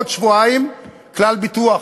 עוד שבועיים: "כלל ביטוח".